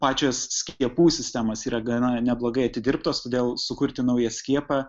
pačios skiepų sistemos yra gana neblogai atidirbtos todėl sukurti naują skiepą